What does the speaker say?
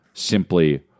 simply